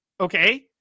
Okay